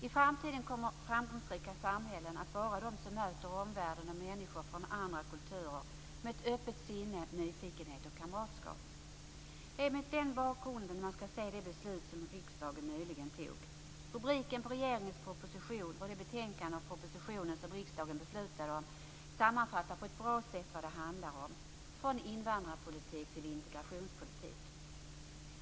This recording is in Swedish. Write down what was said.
I framtiden kommer framgångsrika samhällen att vara de som möter omvärlden och människor från andra kulturer med ett öppet sinne, nyfikenhet och kamratskap. Det är mot den bakgrunden man skall se det beslut som riksdagen nyligen fattade. Rubriken på regeringens proposition, och på det betänkande om propositionen som riksdagen beslutade om, sammanfattar på ett bra sätt vad det handlar om: Från invandrarpolitik till integrationspolitik.